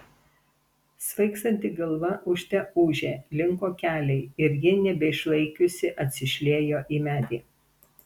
svaigstanti galva ūžte ūžė linko keliai ir ji nebeišlaikiusi atsišliejo į medį